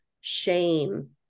shame